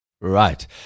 Right